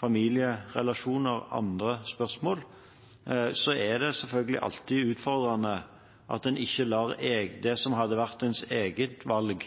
familierelasjoner og andre spørsmål – er det selvfølgelig alltid en utfordring ikke å la det som hadde vært ens eget valg,